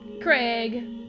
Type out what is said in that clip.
Craig